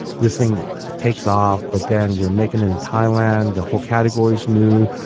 this thing takes off, but then we're making in thailand, the whole category was new.